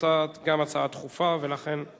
גם הצעה דחופה, ולכן,